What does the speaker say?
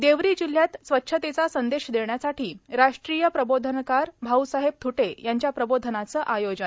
देवरी जिल्ह्यात स्वच्छतेचा संदेश देण्यासाठी राष्ट्रीय प्रबोधनकार भाऊसाहेब थ्रुटे यांच्या प्रबोधनाचं आयोजन